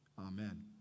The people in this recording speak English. Amen